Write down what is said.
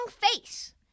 face